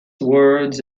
words